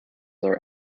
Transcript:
are